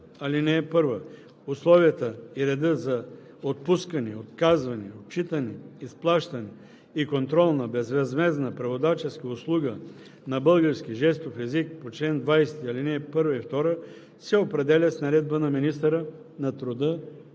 25. (1) Условията и редът за отпускане, отказване, отчитане, изплащане и контрол на безвъзмездна преводаческа услуга на български жестов език по чл. 20, ал. 1 и 2 се определят с наредба на министъра на труда